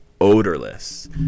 odorless